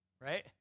Right